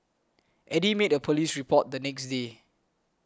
Eddy made a police report the next day